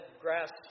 grass